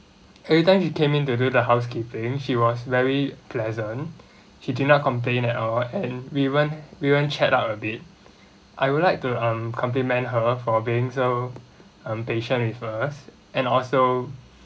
every time she came in to do the housekeeping she was very pleasant she did not complain at all and we went we went chat out a bit I would like to um compliment her for being so um patient with us and also